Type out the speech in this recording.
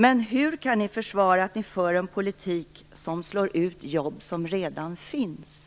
Men hur kan Socialdemokraterna försvara att ni för en politik som slår ut jobb som redan finns?